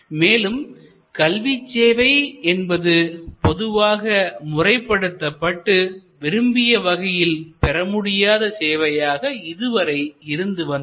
மேலும் கல்விச்சேவை என்பது பொதுவாக முறைப்படுத்தப்பட்டு விரும்பிய வகையில் பெறமுடியாத சேவையாக இதுவரை இருந்து வந்தது